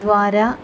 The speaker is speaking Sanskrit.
द्वारा